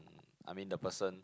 I mean the person